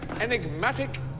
enigmatic